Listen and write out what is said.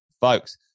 folks